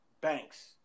banks